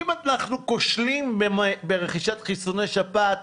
אם אנחנו כושלים ברכישת חיסוני שפעת,